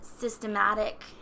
systematic